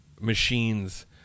machines